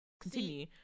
continue